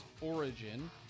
Origin